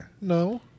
No